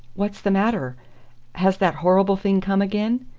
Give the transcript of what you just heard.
what's the matter has that horrible thing come again?